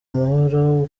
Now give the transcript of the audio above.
amahoro